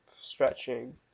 stretching